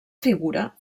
figura